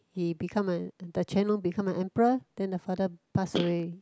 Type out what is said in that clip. he become a the Quan-Long become an emperor then the father pass away